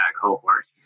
cohort